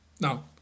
Now